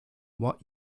what